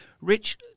Rich